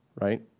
right